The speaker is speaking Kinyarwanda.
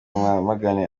mwamagane